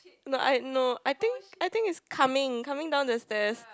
no I no I think I think is coming coming down the stairs